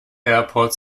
airport